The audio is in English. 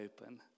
open